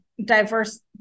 diverse